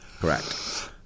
Correct